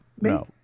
No